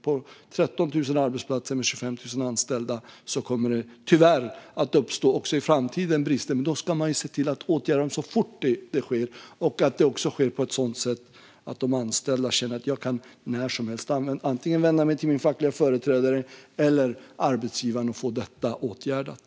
På 13 000 arbetsplatser med 25 000 anställda kommer det tyvärr att uppstå brister också i framtiden. Men då ska man se till att åtgärda dem så fort det sker och att det också sker på ett sådant sätt att de anställda känner att de när som helst antingen kan vända sig till sin fackliga företrädare eller till arbetsgivaren och få problemet åtgärdat.